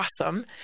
awesome